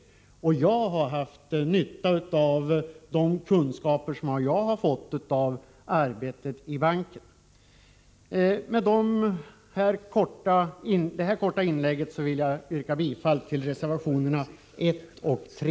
För min del har jag haft nytta av de kunskaper som jag har fått av arbetet i banken. Med det här korta inlägget vill jag yrka bifall till reservationerna 1 och 3.